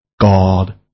God